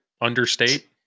understate